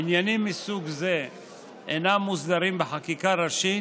עניינים מסוג זה אינם מוסדרים בחקיקה ראשית